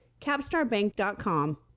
CapstarBank.com